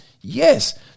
Yes